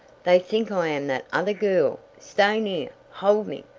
they think i am that other girl! stay near! hold me!